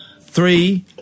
three